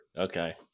Okay